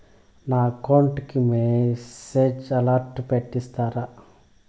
నా అకౌంట్ కి message alert పెట్టిస్తారా